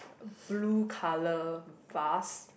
blue colour vase